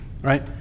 right